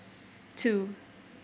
two